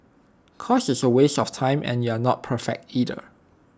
cause it's A waste of time and you're not perfect either